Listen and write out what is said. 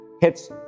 hits